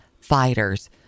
fighters